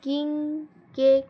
king cake